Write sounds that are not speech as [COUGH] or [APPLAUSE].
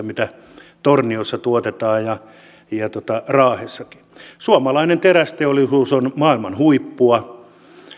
[UNINTELLIGIBLE] mitä torniossa tuotetaan ja ja raahessakin suomalainen terästeollisuus on maailman huippua